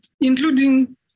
including